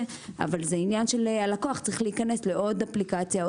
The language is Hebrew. אבל אז הלקוח צריך להיכנס לעוד אפליקציה,